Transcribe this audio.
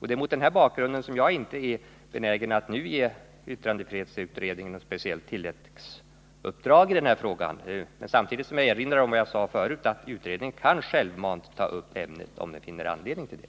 Det är mot denna bakgrund som jag inte är benägen att nu ge yttrandefrihetsutredningen något speciellt tilläggsuppdrag i den här frågan, samtidigt som jag erinrar om vad jag sade förut att utredningen självmant kan ta upp ämnet, om den finner anledning till det.